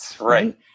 right